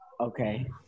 okay